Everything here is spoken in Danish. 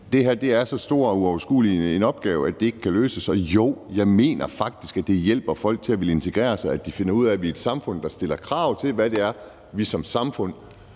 det her er så stor og uoverskuelig en opgave, at det ikke kan løses. Og jo, jeg mener faktisk, at det hjælper folk til at ville integrere sig, at de finder ud af, at vi er et samfund, der stiller krav til, hvad det er, vi som samfund,